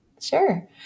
Sure